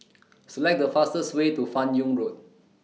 Select The fastest Way to fan Yoong Road